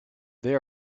they